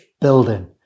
building